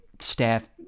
staff